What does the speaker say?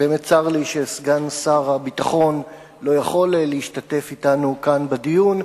באמת צר לי שסגן שר הביטחון לא יכול להשתתף אתנו כאן בדיון,